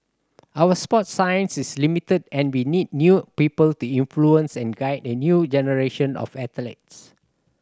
our sports science is limited and we need new people to influence and guide a new generation of athletes